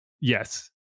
yes